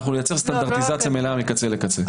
אנחנו נייצר סטנדרטיזציה מלאה מקצה לקצה.